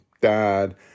dad